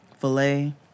filet